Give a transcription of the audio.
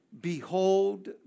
Behold